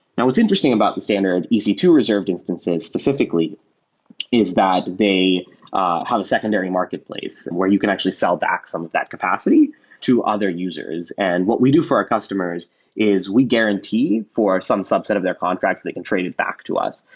now what's interesting about the standard e c two reserved instances specifically is that they have a secondary market place where you can actually sell the axiom of that capacity to other users. and what we do for our customers is we guarantee for some subset of their contracts, they can trade it back to us.